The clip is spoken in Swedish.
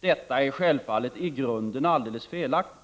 Detta är självfallet i grunden alldeles felaktigt.